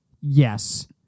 Yes